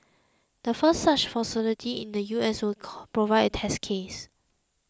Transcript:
the first such facility in the U S will call provide a test case